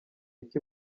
iki